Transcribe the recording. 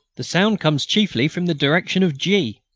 the sound comes chiefly from the direction of g.